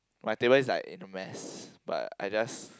my table is like in a mess but I just